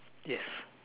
yes